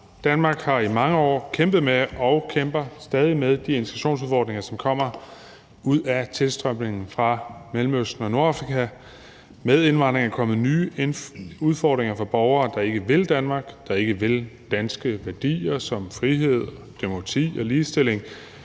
Danmark har i mange år kæmpet med og kæmper stadig med de integrationsudfordringer, som kommer ud af tilstrømningen fra Mellemøsten og Nordafrika. Med indvandringen er der kommet nye udfordringer med borgere, der ikke vil Danmark og ikke vil danske værdier som frihed, demokrati og ligestilling.